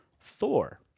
Thor